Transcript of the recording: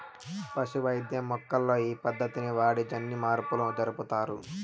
పశు వైద్యం మొక్కల్లో ఈ పద్దతిని వాడి జన్యుమార్పులు జరుపుతారు